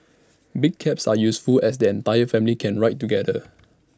big cabs are useful as the entire family can ride together